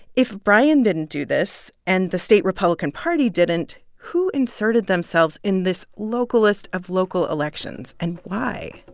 if brian didn't do this, and the state republican party didn't, who inserted themselves in this localist of local elections and why?